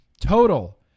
total